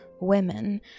women